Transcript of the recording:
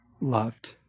loved